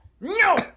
no